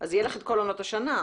יהיה לך את כל עונות השנה.